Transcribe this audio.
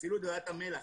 תפעילו את ועדת המל"ח.